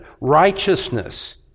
righteousness